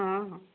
ଅଁ ହଁ